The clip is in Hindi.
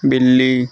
बिल्ली